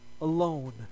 alone